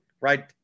right